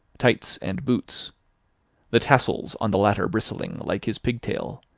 tights and boots the tassels on the latter bristling, like his pigtail,